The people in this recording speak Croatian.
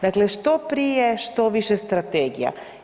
Dakle, što prije što više strategija.